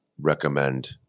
recommend